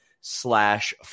slash